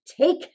take